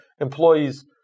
employee's